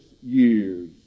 years